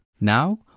Now